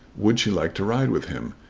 would she like to ride with him,